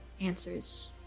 answers